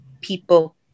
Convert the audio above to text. people